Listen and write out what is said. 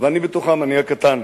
ואני בתוכם, אני הקטן.